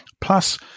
Plus